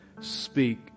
speak